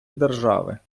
держави